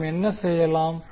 நாம் என்ன செய்வோம்